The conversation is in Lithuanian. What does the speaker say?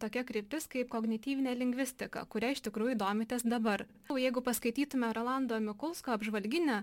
tokia kryptis kaip kognityvinė lingvistika kuria iš tikrųjų domitės dabar o jeigu paskaitytume rolando mikulsko apžvalginį